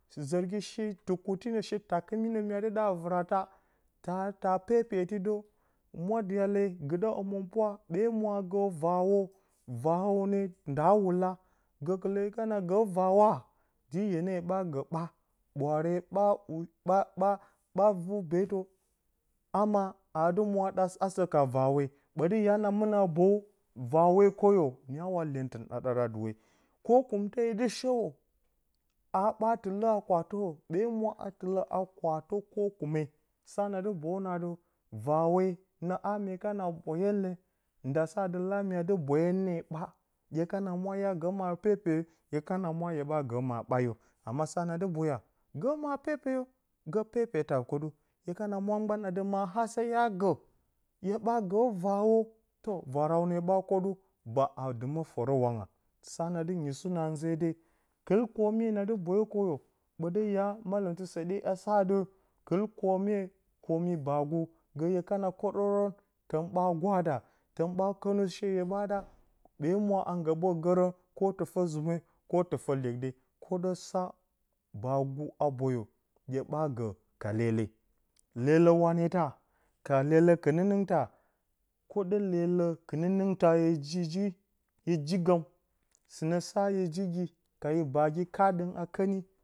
Sɨ zərgi shi, tukuttɨnə, shi takɨminə mya dɨ ɗa a vɨrata, tas pepe a ti də mya dɨ ɗa a vɨrata, tas pepe a ti də mwa dyaləme, gidə həmɨnpwa, ɓee mwa a gə vaawo, vaawuu nee nda wula, gəkɨlə hye kana gə vaawa, dɨ hye ne hye ɓaa gə ɓaa, ɓwaare ɓaa ɓaa ɓa, vu beetə, amaa aa dɨ mwa a da asə ka vaawe, ɓə da hya na mɨnə a boyu, vaawe, kwoyo mya wa iyentə a ɗaara duwe, kokumte hye dɨ shəwo, a ɓaa tɨlə a kwatərə, ɓee mwa a tɨlə a kwatə, kwokɨme, sa na dɨ bou, na dɨ vaawe nəa mye kana boyon lee, nda sa adɨ laa mya dɨ boyon ne ɓaa, hye kana mwa hya gə maa pepe, yo hye kana mwa gban adɨ maa ɓaayon amma sa yanada hye kana mwa gban adɨ maa hasə hya gə, hye ɓaa gə vaawo toh vaarawne ɓa kwoɗu, baa adɨ mə fərə wanga, sa nadɨ nyisu nə anə satə adɨ nze de, kɨl kormye na dɨ boyu kwoyo, ɓəi yaa malɨ matipus mba səɗe. A sa adɨ kɨi kormye kormɨ baagu gə lə hye kana kwoɗə, tən ɓaa gwaada, tən ɓaa kənu she hye ɓaa ɗaa, ɓee mwa a nggə ɓətgərən koh tɨfə zɨme koh tɨfə iyekɗe, kwoɗə sa baagu a boyo hye ɓaa gə ka leele. Leelə waneta ka ledə kɨnɨnɨngto kwoɗə leelə kɨnɨnɨnta yo jiji yo jiigəm, sɨnə sa yo jigi ka yo baagi, kaaɗəng, a kəni.